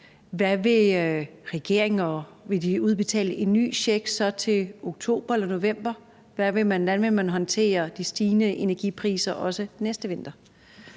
og vil de så udbetale en ny check til oktober eller november? Hvordan vil man håndtere de stigende energipriser også næste vinter?